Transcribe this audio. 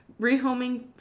rehoming